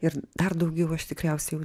ir dar daugiau aš tikriausiai jau